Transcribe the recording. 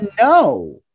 no